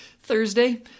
Thursday